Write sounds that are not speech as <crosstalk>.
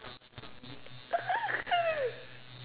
<noise>